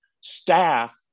staff